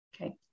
Okay